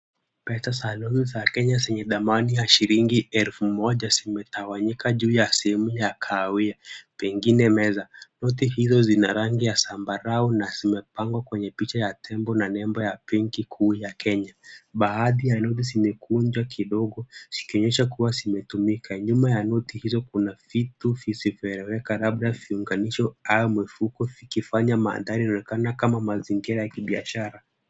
Pesa za noti za Kenya zenye thamani ya shilingi elfu moja zimetawanyika juu ya sehemu ya kahawia pengine meza. Noti hizo zina rangi ya zambarau na zimepangwa kwenye picha ya tembo na nembo ya benki kuu ya Kenya. Baadhi ya noti zimekunjwa kidogo zikionyesha kuwa zimetumika. Nyuma ya noti hizo kuna vitu visivyoeleweka labda viunganisho au mifuko vikifanya mandhari inaonekana kama mazingira ya kibiashara.